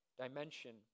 dimension